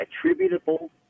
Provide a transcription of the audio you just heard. attributable